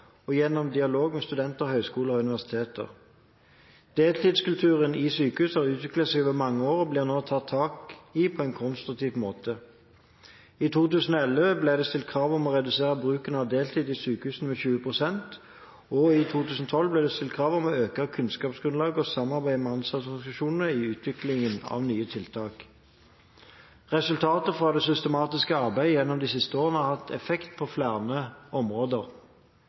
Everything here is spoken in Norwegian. og medarbeiderne og gjennom dialog med studenter, høyskoler og universiteter. Deltidskulturen i sykehus har utviklet seg over mange år og blir nå tatt tak i på en konstruktiv måte. I 2011 ble det stilt krav om å redusere bruken av deltid i sykehusene med 20 pst., og i 2012 ble det stilt krav om å øke kunnskapsgrunnlaget og samarbeidet med ansattorganisasjonene i utviklingen av nye tiltak. Resultatene fra det systematiske arbeidet gjennom de siste årene har hatt effekt på flere områder: